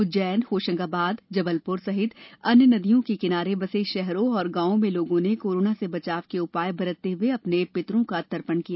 उज्जैन होशंगाबाद जबलपुर सहित अन्य नदियों के किनारे बसे शहरों और गांवों में लोगों ने कोरोना से बचाव के उपाय बरतते हुए अपने पितरों का तर्पण किया